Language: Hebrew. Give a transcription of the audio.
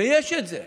ויש את זה.